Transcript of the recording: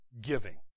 giving